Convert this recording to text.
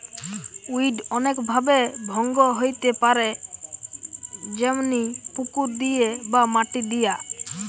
weed অনেক ভাবে ভঙ্গ হইতে পারে যেমনি পুকুর দিয়ে বা মাটি দিয়া